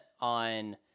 on